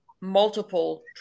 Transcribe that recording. multiple